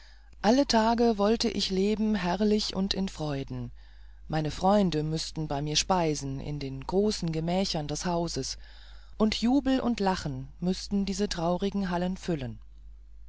alle tage wollte ich leben herrlich und in freuden meine freunde müßten bei mir speisen in den großen gemächern des hauses und jubel und lachen müßten diese traurigen hallen füllen